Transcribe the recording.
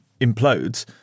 implodes